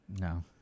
No